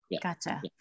Gotcha